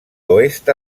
oest